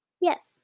Yes